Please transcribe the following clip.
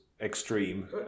extreme